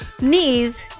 knees